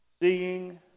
Seeing